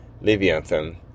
Leviathan